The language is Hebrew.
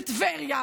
בטבריה,